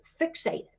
fixated